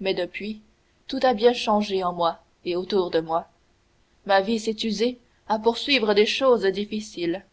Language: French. mais depuis tout a bien changé en moi et autour de moi ma vie s'est usée à poursuivre des choses difficiles